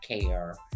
care